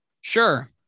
Sure